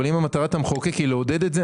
אבל אם מטרת המחוקק היא לעודד את זה,